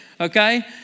okay